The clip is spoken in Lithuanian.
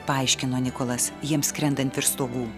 paaiškino nikolas jiems skrendant virš stogų